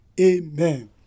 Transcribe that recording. Amen